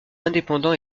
indépendant